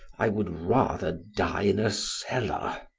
i would rather die in a cellar.